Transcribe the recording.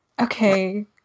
okay